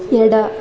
ಎಡ